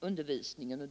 undervisningen.